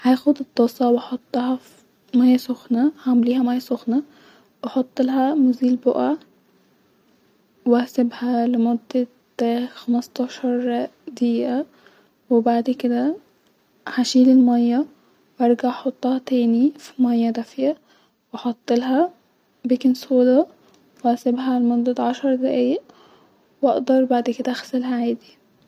هاخد الطاسه وهحطها-ف-ميه سخنه واحطلها مزيل البقع واسبها لمده خمستاشر دقيقه وبعد كده هشيل الميه وارجع احطها تاني ميه دافيه-واحطلها بيكنج صودا-واسيبها لمده عشرء دقايق-واقدر بعد كده اغسلها عادي